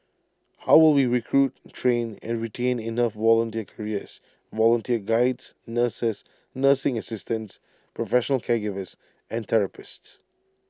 how will we recruit train and retain enough volunteer carers volunteer Guides nurses nursing assistants professional caregivers and therapists